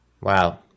Wow